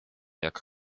jak